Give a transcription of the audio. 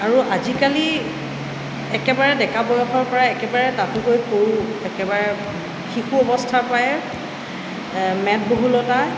আৰু আজিকালি একেবাৰে ডেকা বয়সৰপৰা একেবাৰে তাতোকৈ সৰু একেবাৰে শিশু অৱস্থাৰপৰাই মেদবহুলতা